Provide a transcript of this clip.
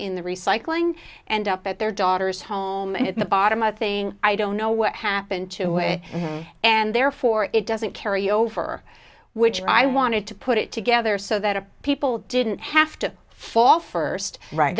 in the recycling and up at their daughter's home and in the bottom of thing i don't know what happened to it and therefore it doesn't carry over which i wanted to put it together so that people didn't have to fall first right